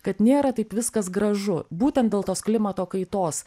kad nėra taip viskas gražu būtent dėl tos klimato kaitos